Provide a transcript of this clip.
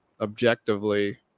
objectively